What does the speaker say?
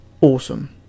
awesome